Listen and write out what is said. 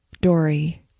Dory